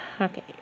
okay